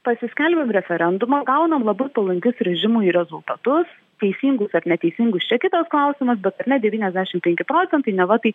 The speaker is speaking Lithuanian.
pasiskelbėm referendumą gaunam labai palankius režimui rezultatus teisingus ar neteisingus čia kitas klausimas bet ar ne devyniasdešimt penki procentai neva tai